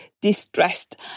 distressed